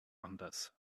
anders